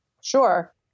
Sure